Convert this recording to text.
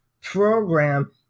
program